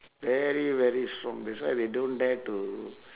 very very strong that's why they don't dare to